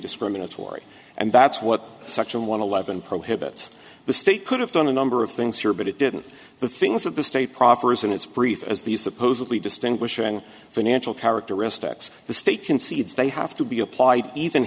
discriminatory and that's what section one eleven prohibits the state could have done a number of things here but it didn't the things that the state proffers in its brief as these supposedly distinguishing financial characteristics the state concedes they have to be applied even